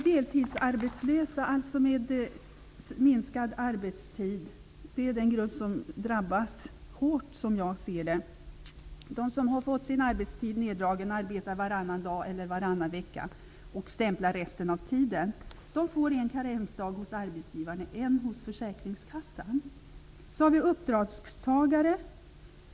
Deltidsarbetslösa med minskad arbetstid är den grupp som drabbas hårt, som jag ser det. De som har fått sin arbetstid neddragen och arbetar varannan dag eller varannan vecka och stämplar resten av tiden får en karensdag hos arbetsgivaren och en hos försäkringskassan. Så har vi uppdragstagare.